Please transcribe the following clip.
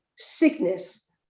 sickness